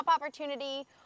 opportunity